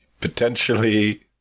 potentially